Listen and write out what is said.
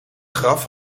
graf